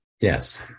Yes